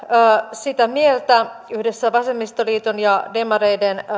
sitä mieltä yhdessä vasemmistoliiton ja demareiden